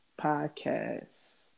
Podcast